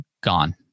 gone